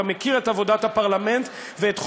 אתה מכיר את עבודת הפרלמנט ואת חוק-יסוד: